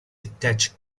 tech